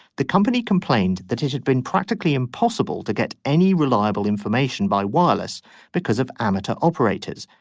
the company complained that it had been practically impossible to get any reliable information by wireless because of amateur operators.